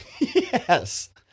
Yes